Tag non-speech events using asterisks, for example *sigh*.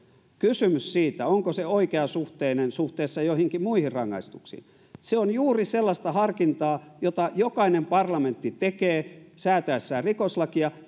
kysymys siitä onko se oikeasuhteinen suhteessa joihinkin muihin rangaistuksiin on juuri sellaista harkintaa jota jokainen parlamentti tekee säätäessään rikoslakia *unintelligible*